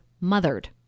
mothered